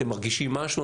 אתם מרגישים משהו?